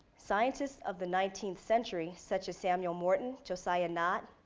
scientists of the nineteenth century such as samuel morton, josiah nott,